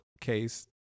case